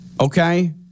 Okay